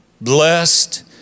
blessed